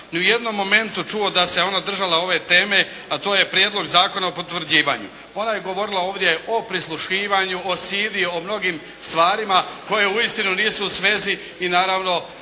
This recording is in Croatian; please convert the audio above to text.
u jednom momentu čuo da se ona držala ove teme, a to je prijedlog zakona o potvrđivanju. Ona je govorila ovdje o prisluškivanju, o sidi, o mnogim stvarima koje uistinu nisu u svezi i naravno